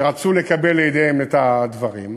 שרצו לקבל לידיהם את הדברים,